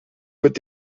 mit